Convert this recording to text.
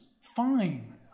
fine